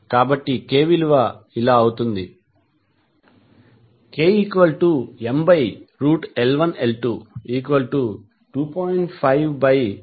కాబట్టి k విలువ ఇలా అవుతుంది kML1L22